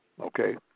Okay